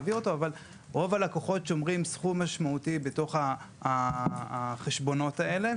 אבל רוב הלקוחות שומרים סכום משמעותי בתוך החשבונות האלה.